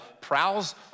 prowls